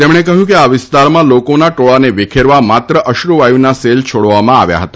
તેમણે કહ્યું કે આ વિસ્તારમાં લોકોના ટોળાને વિખેરવા માત્ર અશ્નુવાયુના સેલ છોડવામાં આવ્યા હતા